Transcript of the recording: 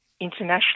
international